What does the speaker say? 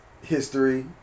history